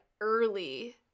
early